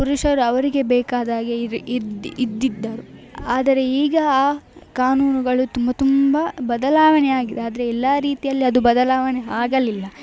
ಪುರುಷರು ಅವರಿಗೆ ಬೇಕಾದ ಹಾಗೆ ಇರಿ ಇದ್ದಿ ಇದ್ದಿದ್ದರು ಆದರೆ ಈಗ ಆ ಕಾನೂನುಗಳು ತುಂಬ ತುಂಬ ಬದಲಾವಣೆ ಆಗಿದೆ ಆದರೆ ಎಲ್ಲಾ ರೀತಿಯಲ್ಲಿ ಅದು ಬದಲಾವಣೆ ಆಗಲಿಲ್ಲ